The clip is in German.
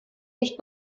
nicht